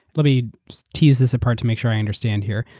let me tease this apart to make sure i understand here.